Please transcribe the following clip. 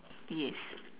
yes